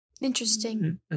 interesting